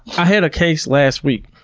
i had a case last week,